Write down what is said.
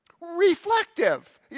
reflective